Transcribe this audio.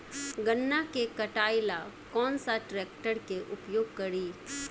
गन्ना के कटाई ला कौन सा ट्रैकटर के उपयोग करी?